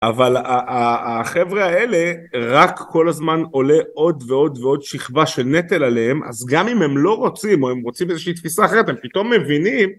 אבל החבר'ה האלה רק כל הזמן עולה עוד ועוד ועוד שכבה של נטל עליהם אז גם אם הם לא רוצים או הם רוצים איזושהי תפיסה אחרת הם פתאום מבינים